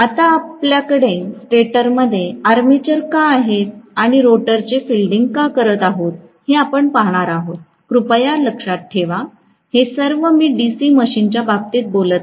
आता आपल्याकडे स्टेटरमध्ये आर्मेचर का आहेत आणि रोटर चे फील्डिंग का करीत आहोत हे आपण पाहणार आहोत कृपया लक्षात ठेवाहे सर्व मी डीसी मशीनच्या बाबतीत बोलत आहे